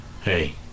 Hey